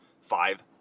five